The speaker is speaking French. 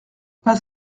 pas